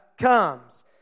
comes